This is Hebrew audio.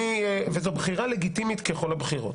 וזו בחירה לגיטימית ככל הבחירות.